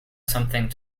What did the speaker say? something